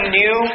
new